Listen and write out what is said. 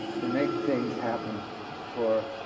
to make things happen for